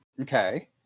Okay